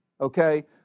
okay